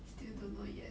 still don't know yet